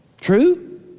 True